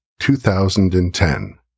2010